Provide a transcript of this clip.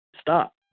Stop